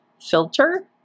filter